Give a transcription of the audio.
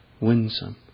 winsome